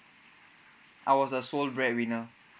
I was the sole bread winner